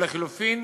או לחלופין